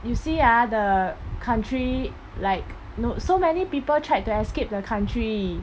you see ah the country like no~ so many people tried to escape the country